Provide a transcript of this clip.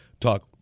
talk